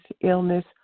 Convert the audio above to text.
illness